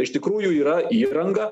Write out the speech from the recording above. iš tikrųjų yra įranga